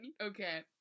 Okay